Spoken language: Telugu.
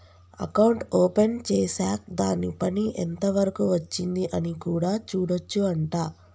అకౌంట్ ఓపెన్ చేశాక్ దాని పని ఎంత వరకు వచ్చింది అని కూడా చూడొచ్చు అంట